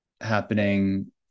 happening